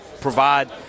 provide